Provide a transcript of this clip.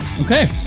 okay